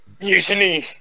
Mutiny